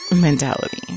Mentality